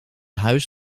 huis